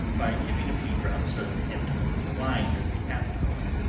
by giving a few drops of antimonial wine every half hour.